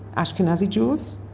ashkenazi jews,